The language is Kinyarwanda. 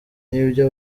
n’ibyo